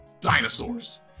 dinosaurs